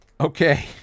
Okay